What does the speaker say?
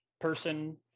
person